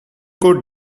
court